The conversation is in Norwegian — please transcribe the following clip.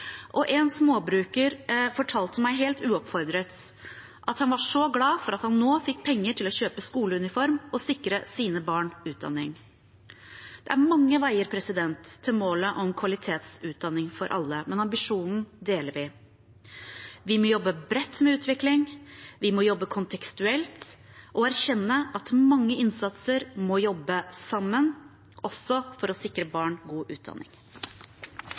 En småbruker fortalte meg helt uoppfordret at han var så glad for at han nå fikk penger til å kjøpe skoleuniform og sikre sine barn utdanning. Det er mange veier til målet om kvalitetsutdanning for alle, men ambisjonen deler vi. Vi må jobbe bredt med utvikling, vi må jobbe kontekstuelt og erkjenne at mange innsatser må jobbe sammen også for å sikre barn god utdanning.